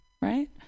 right